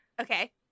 Okay